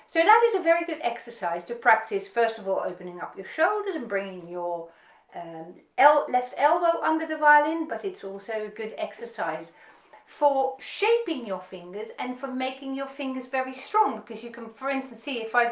so that is a very good exercise to practice first of all opening up your shoulders and bringing your and left elbow under the violin but it's also a good exercise for shaping your fingers and for making your fingers very strong because you can for instance see if i